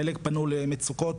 חלק פנו לקשיים ומצוקות